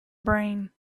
brain